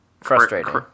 Frustrating